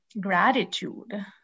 gratitude